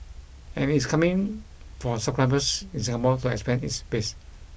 and it is coming for subscribers in Singapore to expand its base